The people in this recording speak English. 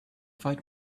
fight